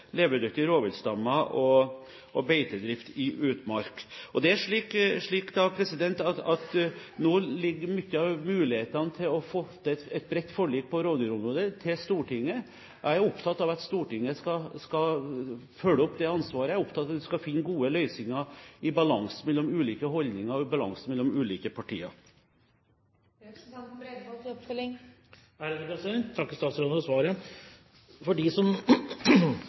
rovviltstammer og beitedrift i utmark. Nå ligger mye av mulighetene til å få til et bredt forlik på rovdyrområdet, til Stortinget. Jeg er opptatt av at Stortinget skal følge opp det ansvaret, og jeg er opptatt av at vi skal finne gode løsninger i balanse mellom ulike holdninger og i balanse mellom ulike partier. Jeg takker statsråden for svaret. For dem som